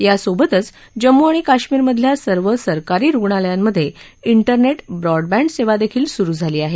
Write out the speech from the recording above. यासोबतच जम्मू आणि काश्मीरमधल्या सर्व सरकारी रुग्णालयांमधे विरनेट ब्रॉडबँडसेवादेखील सुरु झाली आहे